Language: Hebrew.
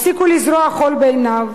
הפסיקו לזרות חול בעיניו,